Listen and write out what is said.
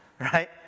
Right